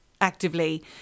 actively